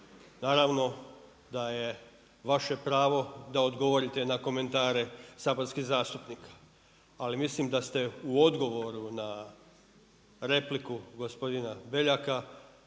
Naravno da je vaše pravo da odgovorite na komentare saborskih zastupnika, ali mislim da ste u odgovoru na repliku gospodina Beljaka